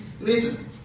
Listen